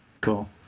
Cool